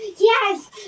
Yes